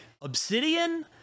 obsidian